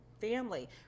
family